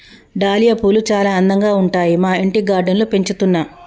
dahlia పూలు చాల అందంగా ఉంటాయి మా ఇంటి గార్డెన్ లో పెంచుతున్నా